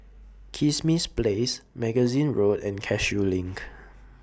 Kismis Place Magazine Road and Cashew LINK